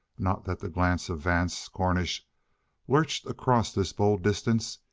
not that the glance of vance cornish lurched across this bold distance.